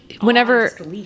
whenever